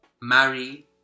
marry